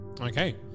okay